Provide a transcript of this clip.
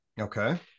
okay